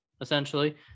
essentially